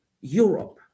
Europe